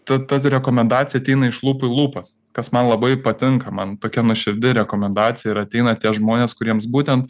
tas ta rekomendacija ateina iš lūpų į lūpas kas man labai patinka man tokia nuoširdi rekomendacija ir ateina tie žmonės kuriems būtent